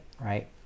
right